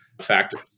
factor